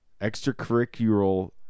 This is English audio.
extracurricular